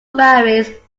varies